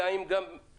האם גם באירופה